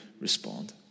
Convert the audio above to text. respond